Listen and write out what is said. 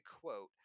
quote